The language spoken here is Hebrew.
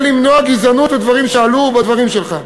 למנוע גזענות ודברים שעלו בדברים שלך.